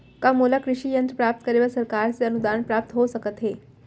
का मोला कृषि यंत्र प्राप्त करे बर सरकार से अनुदान प्राप्त हो सकत हे?